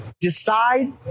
decide